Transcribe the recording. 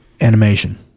animation